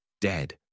Dead